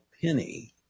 penny